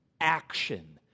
action